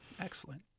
Excellent